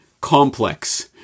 complex